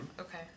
Okay